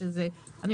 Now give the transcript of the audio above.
14לג מוזר לי.